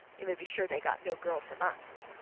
you may be sure they got no girl from us!